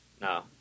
No